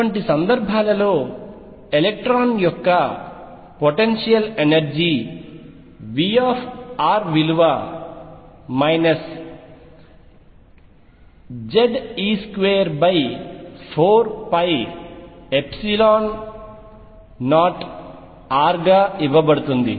అటువంటి సందర్భాలలో ఎలక్ట్రాన్ యొక్క పొటెన్షియల్ ఎనర్జీ V విలువ Ze24π0r గా ఇవ్వబడుతుంది